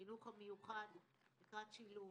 לחינוך המיוחד לקראת שילוב.